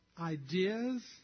ideas